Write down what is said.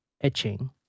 etching